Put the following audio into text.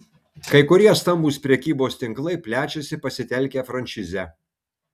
kai kurie stambūs prekybos tinklai plečiasi pasitelkę frančizę